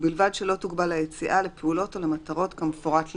ובלבד שלא תוגבל היציאה לפעולות או למטרות כמפורט להלן:"